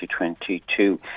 2022